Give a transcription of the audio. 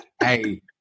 Hey